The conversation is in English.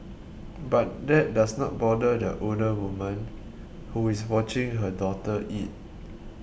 but that does not bother the older woman who is watching her daughter eat